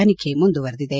ತನಿಖೆ ಮುಂದುವರೆದಿದೆ